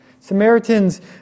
Samaritans